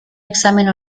examen